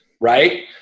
right